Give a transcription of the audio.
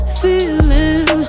feeling